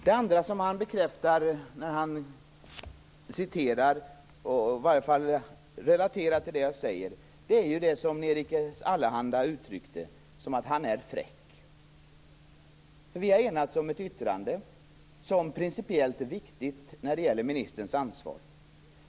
Det andra han bekräftar när han relaterar till det jag säger är det som Nerikes Allehanda uttryckte, dvs. att han är fräck. Vi har enats om ett principiellt viktigt yttrande när det gäller ministerns ansvar.